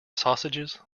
sausages